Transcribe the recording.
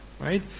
right